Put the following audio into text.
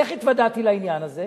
איך התוודעתי לעניין הזה?